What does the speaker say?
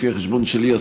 לפי החשבון שלי,